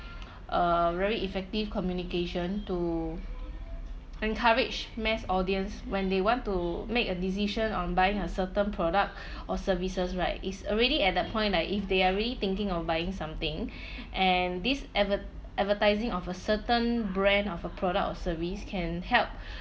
a very effective communication to encourage mass audience when they want to make a decision on buying a certain product or services right it's already at that point like if they are really thinking of buying something and this advert~ advertising of a certain brand of a product or service can help